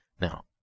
Now